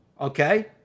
okay